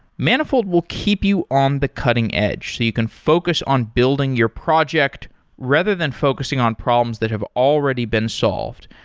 manifold will keep you on the cutting-edge so you can focus on building your project rather than focusing on problems that have already been solved.